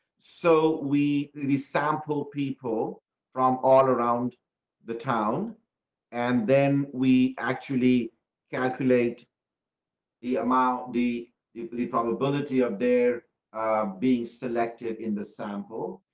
so we the sample people from all around the town and then we actually calculate the amount the the the probability of their being selected in the sample.